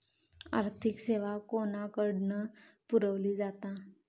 आर्थिक सेवा कोणाकडन पुरविली जाता?